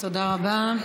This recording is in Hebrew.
תודה רבה.